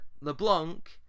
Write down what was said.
LeBlanc